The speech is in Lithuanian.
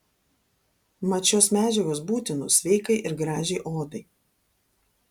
mat šios medžiagos būtinos sveikai ir gražiai odai